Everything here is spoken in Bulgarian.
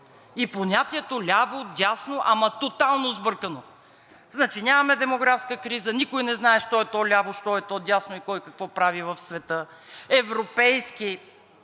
И понятието ляво, дясно, ама тотално сбъркано. Значи нямаме демографска криза, никой не знае що е то ляво, що е то дясно и кой какво прави в света? Европейски